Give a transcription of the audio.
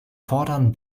fordern